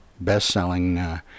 best-selling